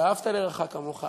ואהבת לרעך כמוך.